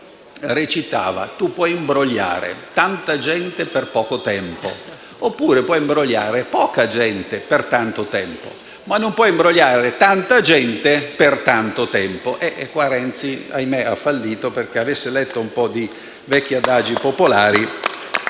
dice che puoi imbrogliare tanta gente per poco tempo oppure puoi imbrogliare poca gente per tanto tempo, ma non puoi imbrogliare tanta gente per tanto tempo. E qua - ahimè - Renzi ha fallito. Avesse letto un po' di vecchi adagi popolari,